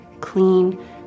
clean